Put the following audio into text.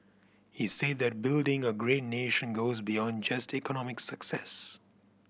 he said that building a great nation goes beyond just economic success